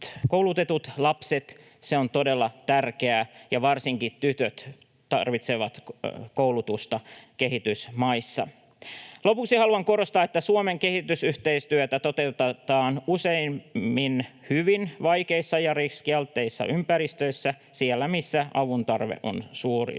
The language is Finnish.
koulutus on todella tärkeää ja varsinkin tytöt tarvitsevat koulutusta kehitysmaissa. Lopuksi haluan korostaa, että Suomen kehitysyhteistyötä toteutetaan useimmin hyvin vaikeissa ja riskialttiissa ympäristöissä, siellä, missä avun tarve on suurinta.